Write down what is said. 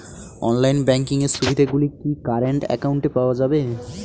Online banking এর সুবিধে গুলি কি কারেন্ট অ্যাকাউন্টে পাওয়া যাবে?